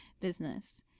business